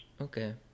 Okay